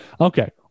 okay